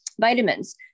vitamins